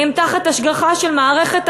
הם תחת השגחה של מערכת הבריאות,